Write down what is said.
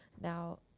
now